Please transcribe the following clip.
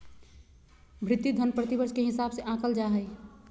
भृति धन प्रतिवर्ष के हिसाब से आँकल जा हइ